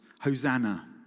Hosanna